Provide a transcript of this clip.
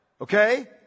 okay